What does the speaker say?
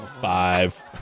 Five